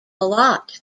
lot